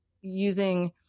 using